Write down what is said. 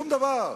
שום דבר.